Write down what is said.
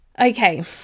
okay